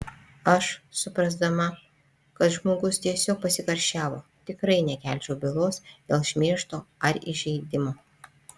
aš suprasdama kad žmogus tiesiog pasikarščiavo tikrai nekelčiau bylos dėl šmeižto ar įžeidimo